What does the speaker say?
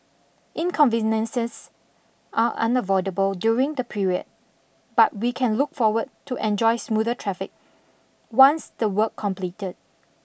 inconveniences are unavoidable during the period but we can look forward to enjoy smoother traffic once the work completed